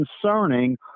concerning